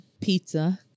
pizza